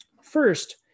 First